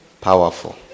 Powerful